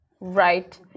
right